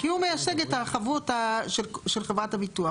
כי הוא מייצג את החבות של חברת הביטוח.